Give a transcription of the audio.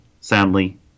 soundly